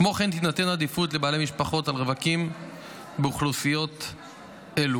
כמו כן תינתן עדיפות לבעלי משפחות על פני רווקים באוכלוסיות אלו.